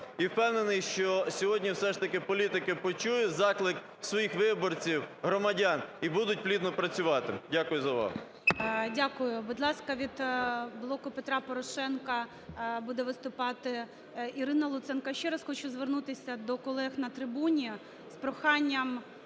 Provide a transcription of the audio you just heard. І впевнений, що сьогодні все ж таки політики почують заклик своїх виборців, громадян і будуть плідно працювати. Дякую за увагу. ГОЛОВУЮЧИЙ. Дякую. Будь ласка, від "Блоку Петра Порошенка" буде виступати Ірина Луценко. Ще раз хочу звернутися до колег на трибуні з проханням